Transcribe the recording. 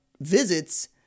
visits